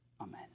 amen